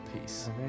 peace